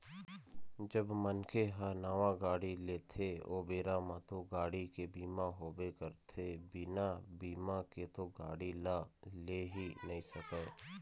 जब मनखे ह नावा गाड़ी लेथे ओ बेरा म तो गाड़ी के बीमा होबे करथे बिना बीमा के तो गाड़ी ल ले ही नइ सकय